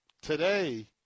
today